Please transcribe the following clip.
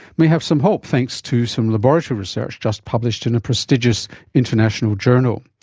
may have some hope thanks to some laboratory research just published in a prestigious international journal.